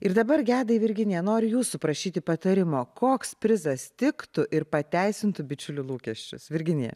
ir dabar edaig virginija noriu jūsų prašyti patarimo koks prizas tiktų ir pateisintų bičiulių lūkesčius virginija